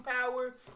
power